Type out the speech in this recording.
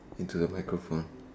into the microphone